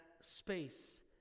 space